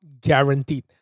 guaranteed